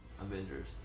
Avengers